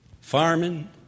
farming